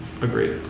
Agreed